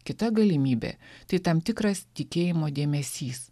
kita galimybė tai tam tikras tikėjimo dėmesys